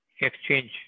exchange